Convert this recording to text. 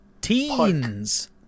Teens